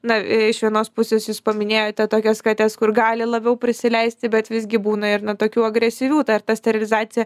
na iš vienos pusės jūs paminėjote tokias kates kur gali labiau prisileisti bet visgi būna ir na tokių agresyvių tai ar ta sterilizacija